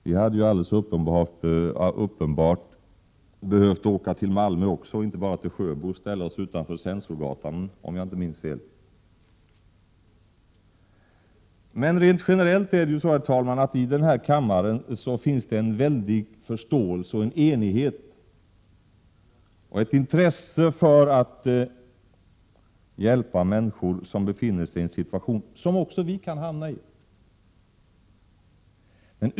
Vi hade ju alldeles uppenbart behövt åka till Malmö också — inte bara till Sjöbo — och ställa oss utanför Censorsgatan, om jag inte minns fel! Herr talman! Rent generellt finns här i kammaren en väldig förståelse, en enighet och ett intresse för att hjälpa människor som befinner sig i en situation som också vi kan hamna i.